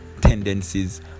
tendencies